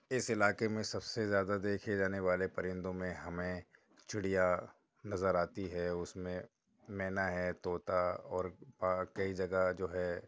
اس علاقے میں سب سے زیادہ دیکھے جانے والے پرندوں میں ہمیں چڑیا نظر آتی ہے اس میں مینا ہے طوطا اور کئی جگہ جو ہے